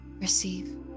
receive